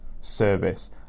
service